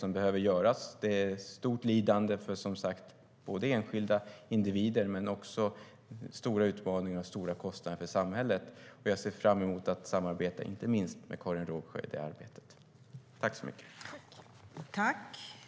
Missbruk innebär både stort lidande för enskilda individer och stora utmaningar och kostnader för samhället. Överläggningen var härmed avslutad.